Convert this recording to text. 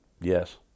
Yes